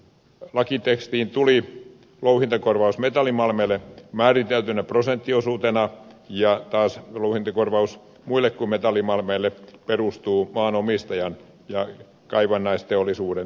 lakitekstiin tuli louhintakorvaus metallimalmeille määriteltynä prosenttiosuutena kun taas louhintakorvaus muille kuin metallimalmeille perustuu maanomistajan ja kaivannaisteollisuuden väliseen sopimukseen